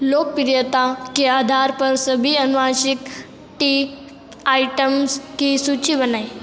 लोकप्रियता के आधार पर सभी अनुवांशिक टी आइटम्स की सूची बनाइए